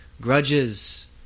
grudges